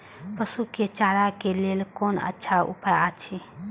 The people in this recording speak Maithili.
पशु के चारा के लेल कोन अच्छा उपाय अछि?